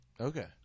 Okay